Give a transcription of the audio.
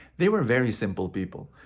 they were very simple people.